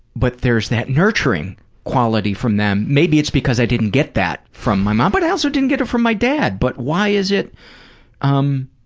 but there's that nurturing quality from them. maybe it's because i didn't get that from my mom. but i also didn't get it from my dad. but why is it um